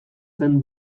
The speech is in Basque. zen